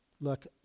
look